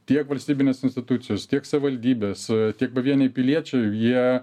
tiek valstybinės institucijos tiek savivaldybės tiek pavieniai piliečiai jie